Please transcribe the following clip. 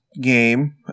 game